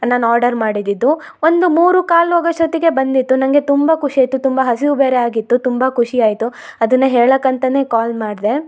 ನಾನು ಆರ್ಡರ್ ಮಾಡಿದ್ದಿದು ಒಂದು ಮೂರೂಕಾಲು ಹೋಗೋಷ್ಟೊತ್ತಿಗೆ ಬಂದಿತು ನನಗೆ ತುಂಬ ಖುಷಿ ಆಯಿತು ತುಂಬ ಹಸಿವು ಬೇರೆ ಆಗಿತ್ತು ತುಂಬ ಖುಷಿ ಆಯಿತು ಅದನ್ನು ಹೇಳೋಕ್ಕಂತಾನೆ ಕಾಲ್ ಮಾಡಿದೆ